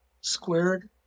squared